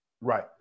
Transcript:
Right